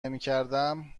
نمیکردم